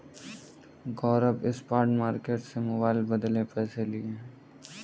गौरव spot market से mobile के बदले पैसे लिए हैं